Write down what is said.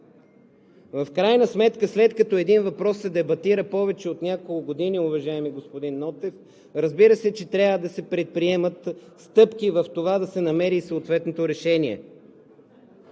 В крайна сметка след като един въпрос се дебатира повече от няколко години, уважаеми господин Нотев, разбира се, че трябва да се предприемат стъпки в това да се намери съответното решение.